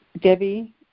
Debbie